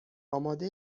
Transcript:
آماده